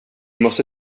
måste